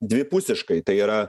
dvipusiškai tai yra